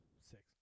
six